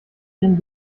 ihrem